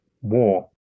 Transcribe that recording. war